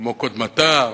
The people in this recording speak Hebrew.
כמו קודמתה,